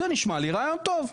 זה נשמע לי רעיון טוב.